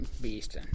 beast